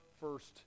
first